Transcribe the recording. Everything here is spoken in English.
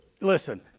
listen